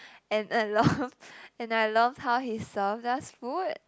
and I love and I loved how he served us food